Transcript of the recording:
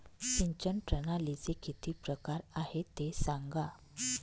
सिंचन प्रणालीचे किती प्रकार आहे ते सांगा